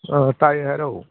ꯑꯥ ꯇꯥꯏꯌꯦ ꯍꯥꯏꯔꯛꯑꯣ